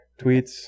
Tweets